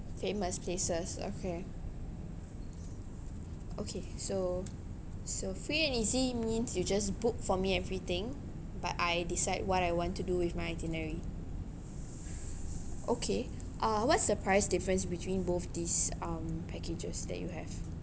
famous places okay okay so so free and easy means you just book for me everything but I decide what I want to do with my itinerary okay uh what's the price difference between both this um packages that you have